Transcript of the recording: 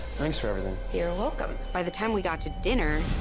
thanks for everything. you're welcome. by the time we got to dinner,